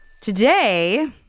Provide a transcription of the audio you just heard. Today